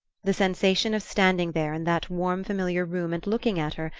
the sensation of standing there, in that warm familiar room, and looking at her,